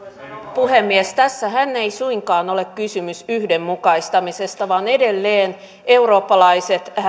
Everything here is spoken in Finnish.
puhemies tässähän ei suinkaan ole kysymys yhdenmukaistamisesta vaan edelleen eurooppalaiset